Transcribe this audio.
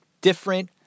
Different